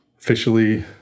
officially